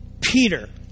Peter